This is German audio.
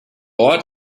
ort